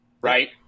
right